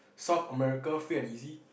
South America free and easy